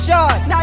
Now